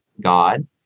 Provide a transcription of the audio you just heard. God